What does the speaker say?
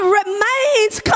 remains